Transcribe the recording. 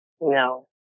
No